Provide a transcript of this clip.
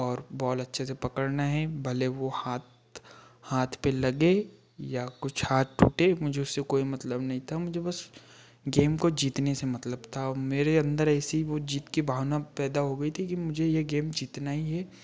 और बॉल अच्छे से पकड़ना हैं भले वह हाथ हाथ पर लगे या कुछ हाथ टूटे मुझे उससे कोई मतलब नहीं था मुझे बस गेम को जीतने से मतलब था मेरे अन्दर ऐसी वह जीत की भावना पैदा हो गई थी कि मुझे यह गेम जीतना ही है